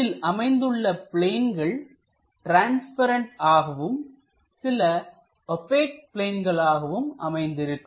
இதில் அமைந்துள்ள பிளேன்கள் ட்ரான்ஸ்பரண்ட் ஆகவும் சில ஓபேக் பிளேன்களாகவும் அமைந்திருக்கும்